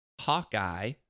Hawkeye